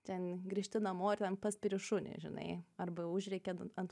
ten grįžti namo ir ten paspiri šunį žinai arba užrėki ant